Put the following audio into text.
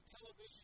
television